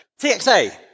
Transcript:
TXA